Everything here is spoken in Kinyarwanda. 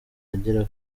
agera